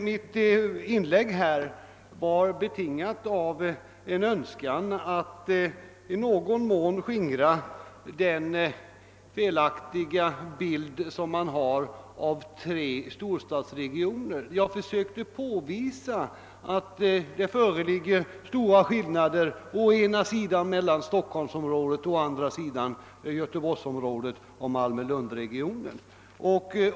Mitt inlägg var betingat av en önskan att i någon mån skingra den felaktiga bild som man har av tre stor stadsregioner. Jag försökte påvisa att det föreligger stora skillnader mellan å ena sidan Stockholmsområdet och å andra sidan Göteborgsområdet och Malmö-Lundregionen.